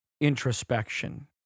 introspection